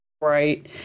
right